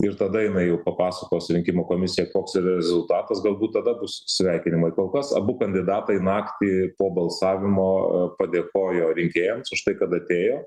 ir tada jinai jau papasakos rinkimų komisija koks yra rezultatas galbūt tada bus sveikinimai kol kas abu kandidatai naktį po balsavimo padėkojo rinkėjams už tai kad atėjo